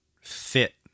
fit